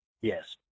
yes